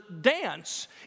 dance